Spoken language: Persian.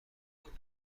کند